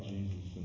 Jesus